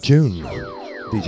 June